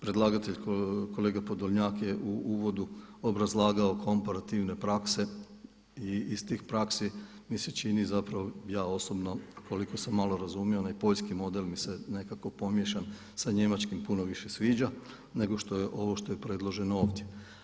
Predlagatelj kolega Podolnjak je u uvodu obrazlagao komparativne prakse i iz tih praksi mi se čini zapravo ja osobno koliko sam malo razumio onaj poljski model mi se nekako pomiješan sa njemačkim puno više sviđa, nego ovo što je predloženo ovdje.